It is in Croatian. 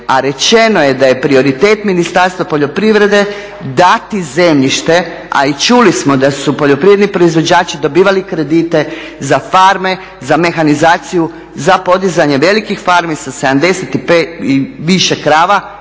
a rečeno je da je prioritet Ministarstva poljoprivrede dati zemljište, a i čuli smo da su poljoprivredni proizvođači dobivali kredite za farme, za mehanizaciju, za podizanje velikih farmi sa 70 i više krava.